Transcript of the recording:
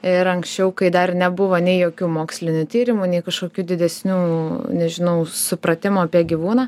ir anksčiau kai dar nebuvo nei jokių mokslinių tyrimų nei kažkokių didesnių nežinau supratimo apie gyvūną